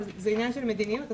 אבל זה עניין של מדיניות.